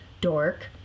Dork